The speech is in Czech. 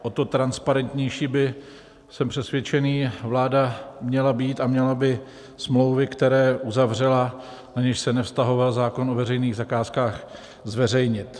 O to transparentnější, jsem přesvědčen, by vláda měla být a měla by smlouvy, které uzavřela, na něž se nevztahoval zákon o veřejných zakázkách, zveřejnit.